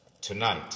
Tonight